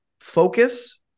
focus